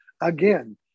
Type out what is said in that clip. Again